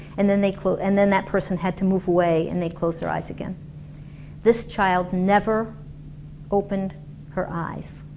and then they close and then that person had to move away and they'd close their eyes again this child never opened her eyes